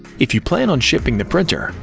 if you plan on shipping the printer,